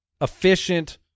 efficient